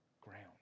ground